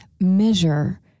measure